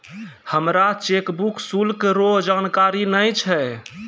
हमरा चेकबुक शुल्क रो जानकारी नै छै